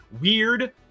Weird